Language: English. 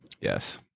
Yes